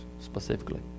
specifically